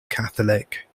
catholic